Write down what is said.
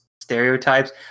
stereotypes